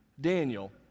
Daniel